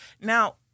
Now